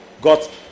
got